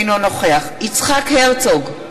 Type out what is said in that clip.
אינו נוכח יצחק הרצוג,